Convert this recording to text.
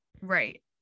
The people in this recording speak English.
Right